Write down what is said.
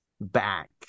back